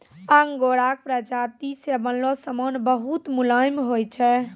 आंगोराक प्राजाती से बनलो समान बहुत मुलायम होय छै